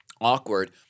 awkward